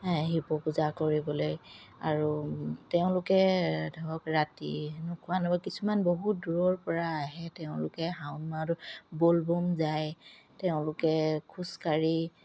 শিৱ পূজা কৰিবলৈ আৰু তেওঁলোকে ধৰক ৰাতি নোখোৱা নোপোৱা কিছুমান বহুত দূৰৰ পৰা আহে তেওঁলোকে শাওণ মাহটোত বল বোম যায় তেওঁলোকে খোজকাঢ়ি